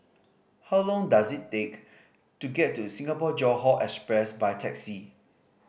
how long does it take to get to Singapore Johore Express by taxi